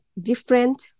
different